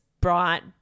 bright